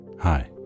Hi